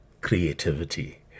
creativity